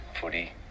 Footy